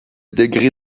degré